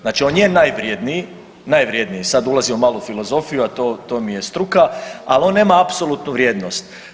Znači on je najvrjedniji, najvrjedniji, sad ulazimo malo u filozofiju, a to, to mi je struka, ali on nema apsolutnu vrijednost.